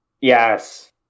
Yes